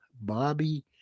Bobby